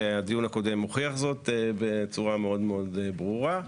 והדיון הקודם הוכיח זאת בצורה מאוד מאוד ברורה,